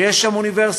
ויש שם אוניברסיטה.